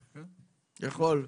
כן, יכול.